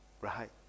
Right